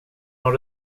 har